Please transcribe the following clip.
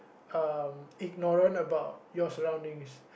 um ignorant about your surroundings